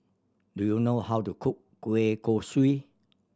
do you know how to cook kueh kosui